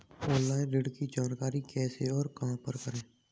Online ऋण की जानकारी कैसे और कहां पर करें?